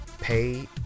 pay